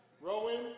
Rowan